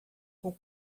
com